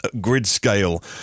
grid-scale